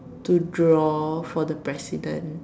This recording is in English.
to draw for the president